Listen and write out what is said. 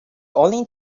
only